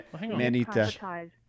Manita